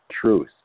truth